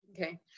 Okay